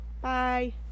Bye